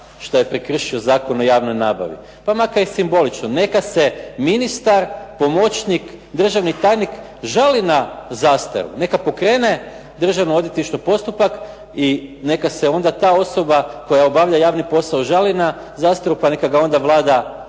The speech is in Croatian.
što je prekršio Zakon o javnoj nabavi? Pa makar i simbolično, neka se ministar, pomoćnik, državni tajnik žali na zastaru, neka pokrene Državno odvjetništvo postupak i neka se onda ta osoba koja obavlja javni posao žali na zastaru pa neka ga onda Vlada